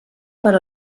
per